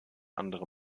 andere